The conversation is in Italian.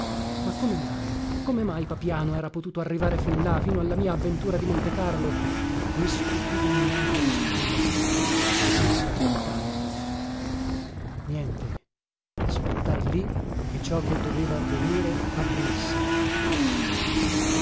ma come mai come mai papiano era potuto arrivare fin là fino alla mia avventura di montecarlo questo più dogni altro mi stupiva che fare intanto niente aspettar lì che ciò che doveva avvenire avvenisse